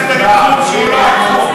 אדוני היושב-ראש.